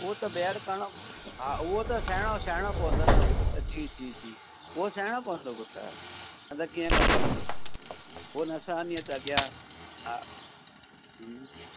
उहो त ॿीहर करिणो तव्हां खां हा उहो त सहिणो सहिणो पवंदो न उहो त जी जी जी उहो सहिणो पवंदो पुटु न त कीअं कमु हलंदो उहो न सहन्दीअ त अॻियां हा